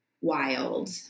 wild